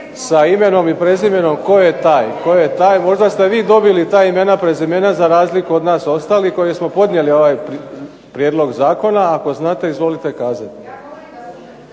sa imenom i prezimenom tko je taj? Možda ste vi dobili ta imena i prezimena za razliku od nas ostalih koji smo podnijeli ovaj prijedlog zakona. A ako znate izvolite kazati.